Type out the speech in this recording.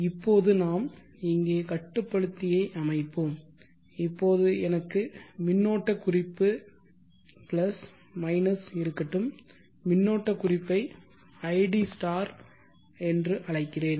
இப்போது நாம் இங்கே கட்டுப்படுத்தியை அமைப்போம் இப்போது எனக்கு மின்னோட்ட குறிப்பு பிளஸ் மைனஸ் இருக்கட்டும் மின்னோட்ட குறிப்பை id என்று அழைக்கிறேன்